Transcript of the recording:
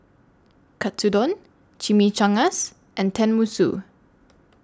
Katsudon Chimichangas and Tenmusu